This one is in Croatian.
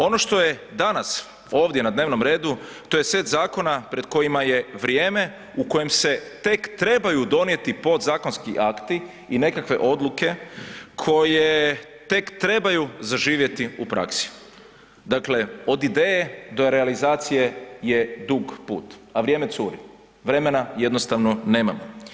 Ono što je danas ovdje na dnevnom redu, to je set zakona pred kojima je vrijeme u kojem se tek trebaju donijeti podzakonski akti i nekakve odluke koje tek trebaju zaživjeti u praksi, dakle od ideje do realizacije je dug put, a vrijeme curi, vremena jednostavno nema.